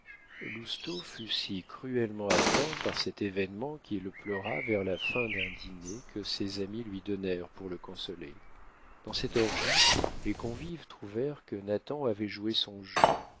fut si cruellement atteint par cet événement qu'il pleura vers la fin d'un dîner que ses amis lui donnèrent pour le consoler dans cette orgie les convives trouvèrent que nathan avait joué son jeu